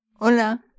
Hola